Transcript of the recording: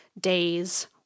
days